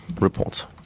reports